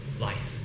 life